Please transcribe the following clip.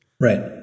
Right